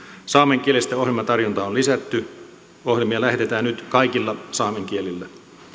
saamenkielistä ohjelmatarjontaa on lisätty ohjelmia lähetetään nyt kaikilla saamen kielillä